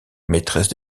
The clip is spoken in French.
maîtresse